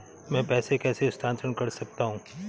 मैं पैसे कैसे स्थानांतरण कर सकता हूँ?